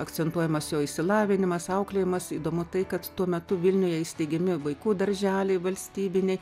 akcentuojamas jo išsilavinimas auklėjimas įdomu tai kad tuo metu vilniuje įsteigiami vaikų darželiai valstybiniai